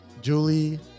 Julie